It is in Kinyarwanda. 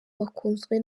bakunzwe